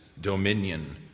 dominion